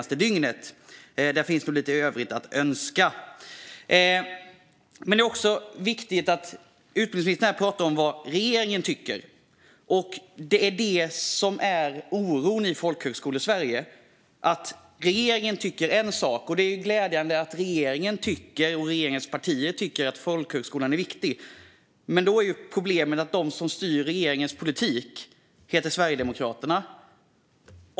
Där finns lite övrigt att önska. Utbildningsministern pratar om vad regeringen tycker. Oron i Folkhögskolesverige är att regeringen tycker en sak, och det är glädjande att regeringspartierna tycker att folkhögskolan är viktig, men problemet är att de som styr regeringens politik heter Sverigedemokraterna.